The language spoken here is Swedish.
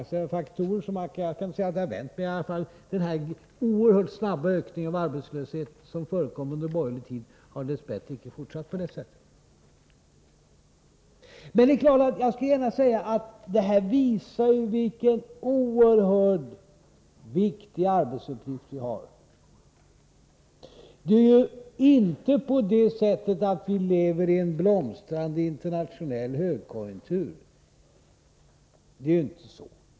Jag kan inte säga att det har vänt, men den oerhört snabba ökningen av arbetslösheten som förekom under den borgerliga tiden har dess bättre inte fortsatt. Detta visar vilken oerhört viktig arbetsuppgift vi har framför oss. Vi lever inte i en blomstrande internationell högkonjunktur.